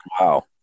Wow